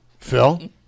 Phil